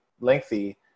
lengthy